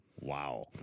Wow